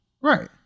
Right